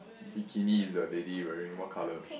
bikini is the lady wearing what colour